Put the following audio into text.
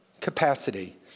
capacity